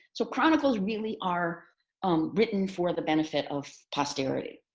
so chronicles really are um written for the benefit of posterity.